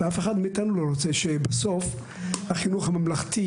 ואף אחד מאיתנו לא רוצה שהחינוך הממלכתי,